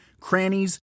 crannies